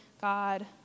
God